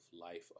life